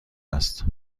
است